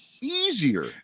easier